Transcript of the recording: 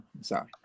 Sorry